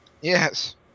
Yes